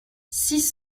six